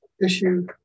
issue